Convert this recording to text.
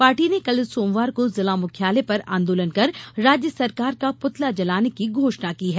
party ने कल सोमवार को जिला मुख्यालय पर आंदोलन कर राज्य सरकार का पृतला जलाने की घोषणा की है